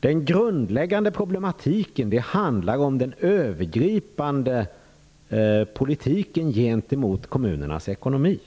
Den grundläggande problematiken handlar om den övergripande politiken gentemot kommunernas ekonomi.